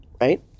right